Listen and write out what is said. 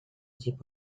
chip